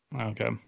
Okay